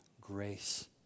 grace